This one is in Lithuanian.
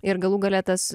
ir galų gale tas